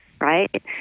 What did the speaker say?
right